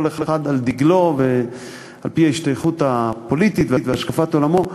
כל אחד על דגלו ועל-פי ההשתייכות הפוליטית והשקפת עולמו.